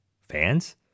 fans